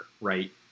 right